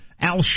Al